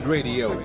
Radio